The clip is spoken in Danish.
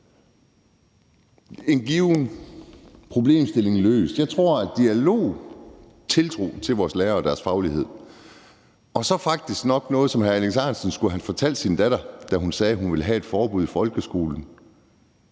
en given problemstilling løst. Jeg tror, at det er dialog, tiltro til vores lærere og deres faglighed, og så faktisk nok noget, som hr. Alex Ahrendtsen skulle have fortalt sin datter om, da hun sagde, at hun ville have et forbud i folkeskolen: